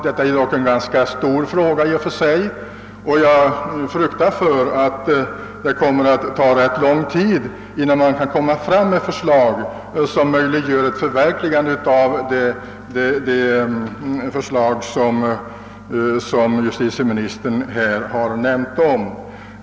Det är emellertid en stor fråga, och jag fruktar för att det kommer att ta ganska lång tid innan förslag kan framläggas som möjliggör ett förverkligande av den idé som justitieministern här talat om.